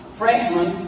freshman